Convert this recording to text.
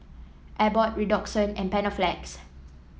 Abbott Redoxon and Panaflex